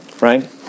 Right